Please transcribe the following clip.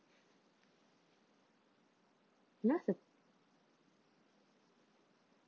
nothing